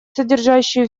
содержащую